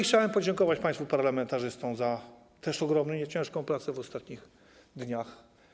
Chciałbym też podziękować państwu parlamentarzystom za ogromnie ciężką pracę w ostatnich dniach.